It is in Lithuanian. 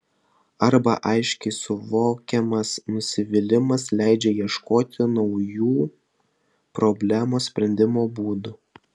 arba aiškiai suvokiamas nusivylimas leidžia ieškoti naujų problemos sprendimo būdų